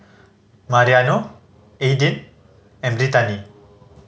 Mariano Aidyn and Brittani